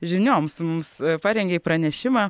žinioms mums parengei pranešimą